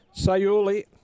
Sayuli